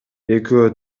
экөө